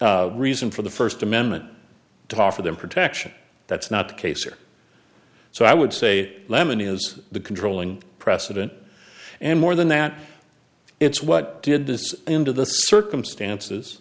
reason for the first amendment to offer them protection that's not the case or so i would say lemon is the controlling precedent and more than that it's what did this into the circumstances